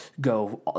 go